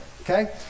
okay